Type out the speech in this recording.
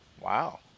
Wow